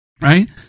Right